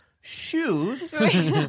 shoes